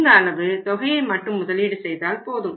இந்த அளவு தொகையை மட்டும் முதலீடு செய்தால் போதும்